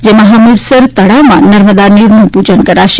જેમાં હમીરસર તળાવમાં નર્મદા નીરનું પૂજન કરાશે